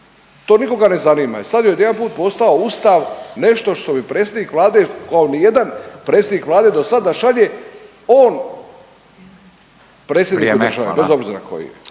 to nikoga ne zanima. I sad je odjedanput postao Ustav nešto što bi predsjednik Vlade kao ni jedan predsjednik Vlade do sada šalje …/Govornik se ne razumije./…